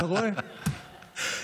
אתה רואה,